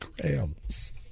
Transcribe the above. Grams